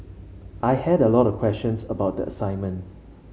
I had a lot of questions about the assignment